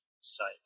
site